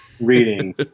reading